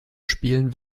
spielen